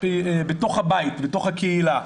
בתוך הבית, בתוך הקהילה,